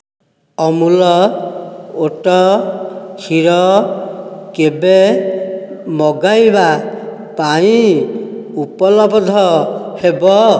Amul oat କ୍ଷୀର କେବେ ମଗାଇବା ପାଇଁ ଉପଲବ୍ଧ ହେବ